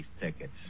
tickets